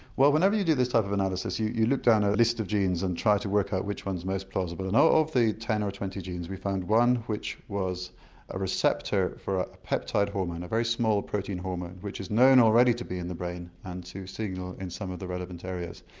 well whenever you do this type of analysis you you look down a list of genes and try to work out which one's most plausible. and of the ten or twenty genes we found one which was a receptor for a peptide hormone, a very small protein hormone which is known already to be in the brain and to signal in some of the relevant areas.